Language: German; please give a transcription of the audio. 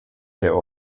der